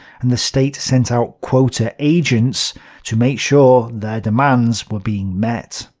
and the state sent out quota agents to make sure their demands were being met.